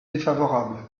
défavorable